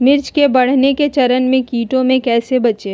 मिर्च के बढ़ने के चरण में कीटों से कैसे बचये?